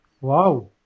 Wow